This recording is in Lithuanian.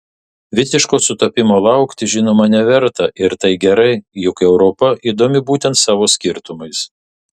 visiško sutapimo laukti žinoma neverta ir tai gerai juk europa įdomi būtent savo skirtumais